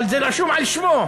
אבל זה רשום על שמו,